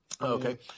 Okay